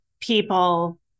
people